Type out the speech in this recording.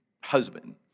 husband